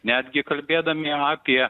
netgi kalbėdami apie